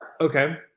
Okay